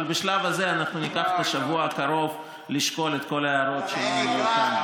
אבל בשלב הזה ניקח את השבוע הקרוב לשקול את כל ההערות שהיו כאן.